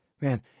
man